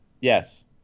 Yes